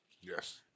Yes